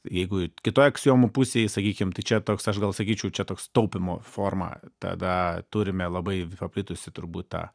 jeigu kitoj aksiomų pusėj sakykim tai čia toks aš gal sakyčiau čia toks taupymo forma tada turime labai paplitusį turbūt tą